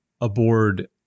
aboard